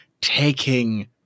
taking